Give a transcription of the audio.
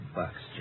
bucks